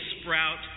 sprout